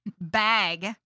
bag